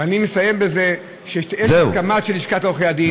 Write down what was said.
ואני מסיים בזה שיש הסכמה של לשכת עורכי הדין,